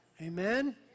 Amen